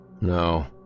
No